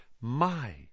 My